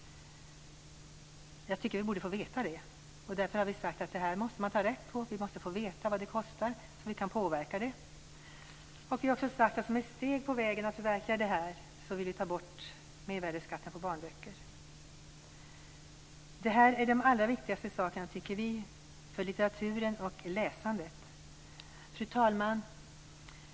Det borde vi få veta. Vi måste veta vad det hela kostar så att det går att påverka. Ett steg på vägen att förverkliga det hela är att ta bort mervärdesskatten på barnböcker. Det här är viktigast för litteraturen och läsandet. Fru talman!